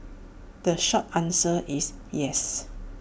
the short answer is yes